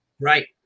Right